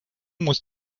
muss